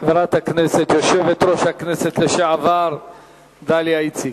חברת הכנסת יושבת-ראש הכנסת לשעבר דליה איציק.